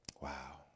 Wow